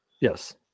Yes